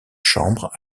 chambres